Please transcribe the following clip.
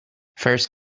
first